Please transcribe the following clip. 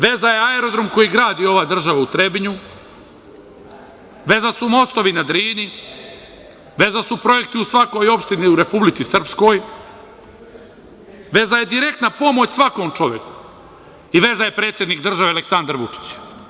Veza je aerodrom koji gradi ova država u Trebinju, veza su mostovi na Drini, veza su projekti u svakoj opštini u Republici Srpskoj, veza je direktna pomoć svakom čoveku i veza je predsednik države Aleksandar Vučić.